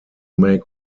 make